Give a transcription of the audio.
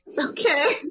Okay